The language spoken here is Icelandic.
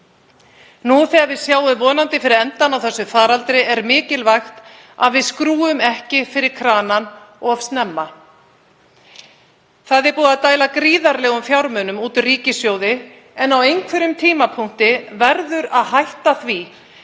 Nú þegar við sjáum vonandi fyrir endann á þessum faraldri er mikilvægt að við skrúfum ekki fyrir kranann of snemma. Það er búið að dæla gríðarlegum fjármunum út úr ríkissjóði en á einhverjum tímapunkti verður að hætta því,